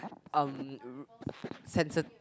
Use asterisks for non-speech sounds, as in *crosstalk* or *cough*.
um r~ *noise* censored